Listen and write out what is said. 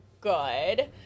good